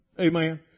Amen